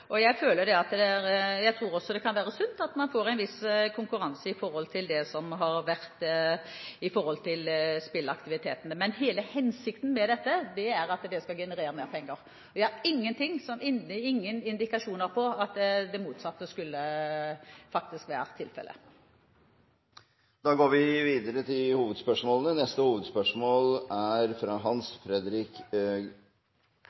Jeg tror også det kan være sunt at man får en viss konkurranse i forhold til det som har vært, når det gjelder spillaktivitetene, men hele hensikten med dette, er at det skal generere mer penger. Det er ingen indikasjoner på at det motsatte faktisk skulle være tilfellet. Vi går til neste hovedspørsmål. Mitt spørsmål går til samferdselsministeren. Det har vært en stor økning i antall trafikkdrepte i 2013 etter flere år med en klart nedadgående trend. Tall fra